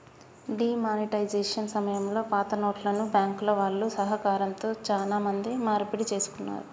D monetisation సమయంలో పాతనోట్లను బ్యాంకుల వాళ్ళ సహకారంతో చానా మంది మార్పిడి చేసుకున్నారు